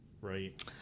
right